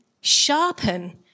sharpen